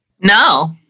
No